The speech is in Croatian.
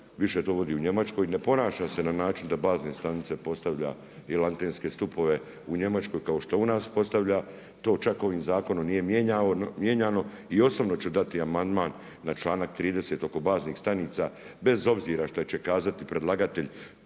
više to vodi u Njemačkoj, ne ponaša se na način da bazne stanice postavlja ili antenske stupove u Njemačkoj, kao što u nas postavlja, to čak ovim zakonom nije mijenjano. I osobno ću dati amandman na članak 30. oko baznih stanica bez obzira što će kazati predlagatelj.